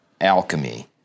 alchemy